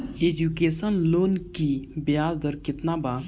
Education loan की ब्याज दर केतना बा?